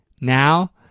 Now